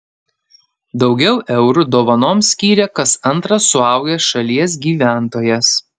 daugiau eurų dovanoms skyrė kas antras suaugęs šalies gyventojas